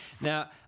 Now